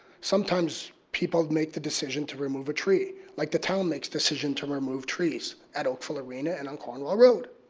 sometimes people make the decision to remove a tree. like the town makes a decision to remove trees at oakville arena and on cornwall road.